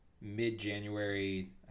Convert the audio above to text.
mid-January